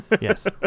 Yes